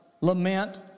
lament